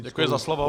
Děkuji za slovo.